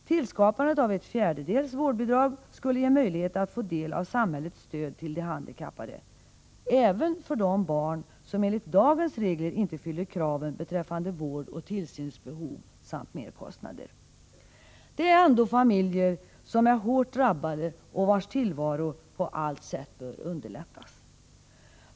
Tillskapandet av ett fjärdedels vårdbidrag skulle ge även de barn som enligt dagens regler inte uppfyller kraven beträffande vårdoch tillsynsbehov samt merkostnader möjlighet att få del av samhällets stöd till de handikappade. Det är ändå familjer som är hårt drabbade och vars tillvaro på allt sätt bör underlättas.